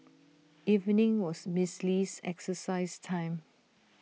evening was miss Lee's exercise time